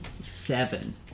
Seven